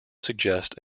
suggest